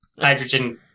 hydrogen